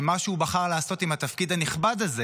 שמה שהוא בחר לעשות עם התפקיד הנכבד הזה